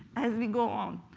as we go on.